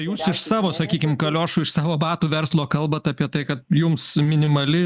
jūs iš savo sakykim kaliošų iš savo batų verslo kalbat apie tai kad jums minimali